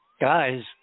guys